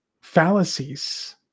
fallacies